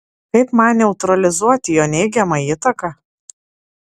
kaip man neutralizuoti jo neigiamą įtaką